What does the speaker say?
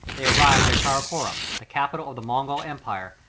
they arrived at karakorum, the capital of the mongolian empire,